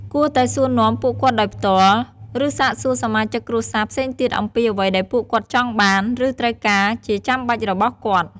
គួរតែសួរនាំពួកគាត់ដោយផ្ទាល់ ឬសាកសួរសមាជិកគ្រួសារផ្សេងទៀតអំពីអ្វីដែលពួកគាត់ចង់បាន ឬត្រូវការជាចាំបាច់របស់គាត់។